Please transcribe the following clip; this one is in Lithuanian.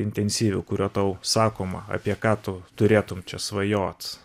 intensyviu kuriuo tau sakoma apie ką tu turėtum čia svajot